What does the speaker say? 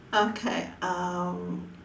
okay um